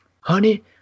honey